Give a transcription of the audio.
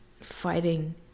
fighting